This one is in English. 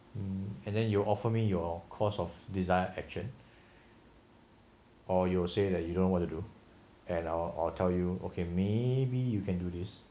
and then you offer me your cost of desired action or you say that you don't want to do and I'll I'll tell you okay maybe you can do this